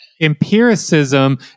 empiricism